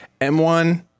M1